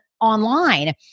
online